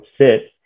sit